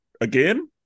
again